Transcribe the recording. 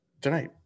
tonight